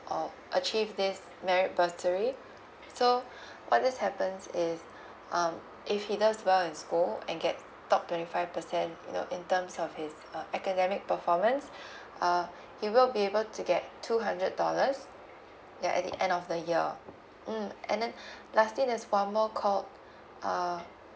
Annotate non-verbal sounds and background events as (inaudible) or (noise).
or achieve this merit bursary so (breath) what this happens is (breath) um if he does well in school and get top twenty five percent you know in terms of his uh academic performance (breath) uh he will be able to get two hundred dollars ya at the end of the year mm and then (breath) lastly there's for more called (breath) uh